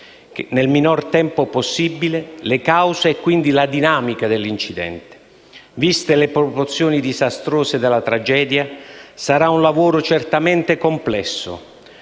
nel minor tempo possibile le cause e, quindi, la dinamica dell'incidente. Viste le proporzioni disastrose della tragedia, sarà un lavoro certamente complesso,